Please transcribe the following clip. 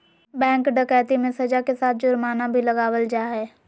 bank डकैती मे सज़ा के साथ जुर्माना भी लगावल जा हय